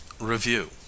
REVIEW